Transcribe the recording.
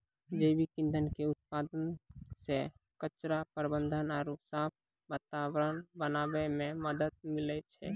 जैविक ईंधन के उत्पादन से कचरा प्रबंधन आरु साफ वातावरण बनाबै मे मदत मिलै छै